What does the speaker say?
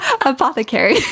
apothecary